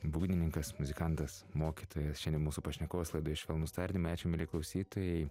būgnininkas muzikantas mokytojas šiandien mūsų pašnekovas laidoje švelnus tardymai ačiū mieli klausytojai